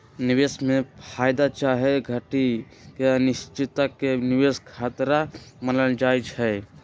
निवेश में फयदा चाहे घटि के अनिश्चितता के निवेश खतरा मानल जाइ छइ